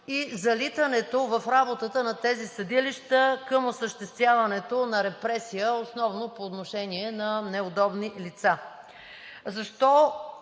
и залитането в работата на тези съдилища към осъществяването на репресия – основно по отношение на неудобни лица. Защо